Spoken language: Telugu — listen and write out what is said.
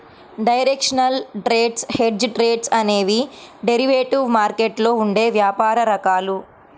డైరెక్షనల్ ట్రేడ్స్, హెడ్జ్డ్ ట్రేడ్స్ అనేవి డెరివేటివ్ మార్కెట్లో ఉండే వ్యాపార రకాలు